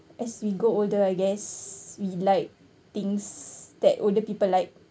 as we grow older I guess we like things that older people like